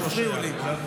הפריעו לי.